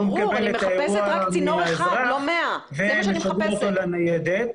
הוא מקבל את האירוע מהאזרח והם מחברים אותו לניידת.